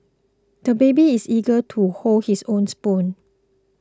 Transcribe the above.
the baby is eager to hold his own spoon